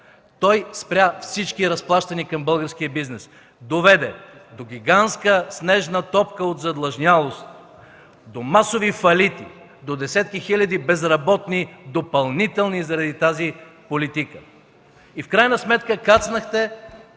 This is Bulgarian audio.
той спря всички разплащания към българския бизнес, доведе до гигантска снежна топка от задлъжнялост, до масови фалити, до десетки хиляди допълнителни безработни заради тази политика. И в крайна сметка кацнахте